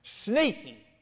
sneaky